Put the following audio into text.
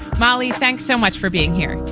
molly, thanks so much for being here.